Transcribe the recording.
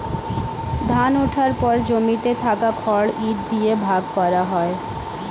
ধান ওঠার পর জমিতে থাকা খড় ইট দিয়ে ভাগ করা হয়